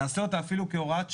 נעשה את זה אפילו כהוראת שעה,